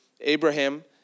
Abraham